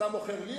אתה מוכר לי,